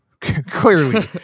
clearly